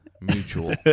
mutual